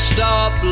Stop